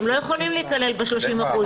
הם לא יכולים להיכלל ב-30%.